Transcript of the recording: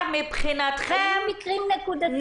היו מקרים נקודתיים.